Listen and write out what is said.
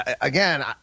again